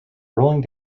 rolling